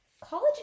College